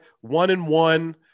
one-and-one